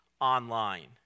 online